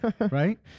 right